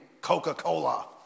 Coca-Cola